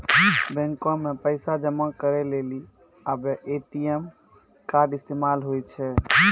बैको मे पैसा जमा करै लेली आबे ए.टी.एम कार्ड इस्तेमाल होय छै